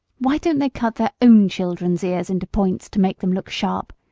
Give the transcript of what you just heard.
why don't they cut their own children's ears into points to make them look sharp?